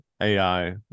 AI